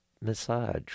massage